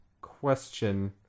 question